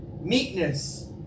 meekness